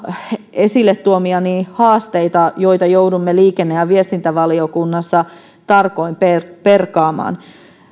esille tuomiani haasteita joita joudumme liikenne ja viestintävaliokunnassa tarkoin perkaamaan